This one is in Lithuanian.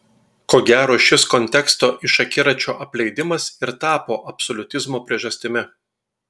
ko gero šis konteksto iš akiračio apleidimas ir tapo absoliutizmo priežastimi